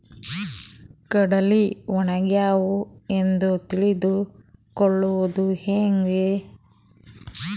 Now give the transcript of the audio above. ಕಡಲಿ ಒಣಗ್ಯಾವು ಎಂದು ತಿಳಿದು ಕೊಳ್ಳೋದು ಹೇಗೆ?